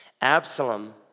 Absalom